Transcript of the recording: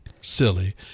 silly